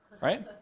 Right